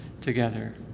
together